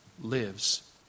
lives